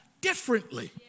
differently